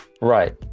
Right